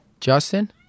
Justin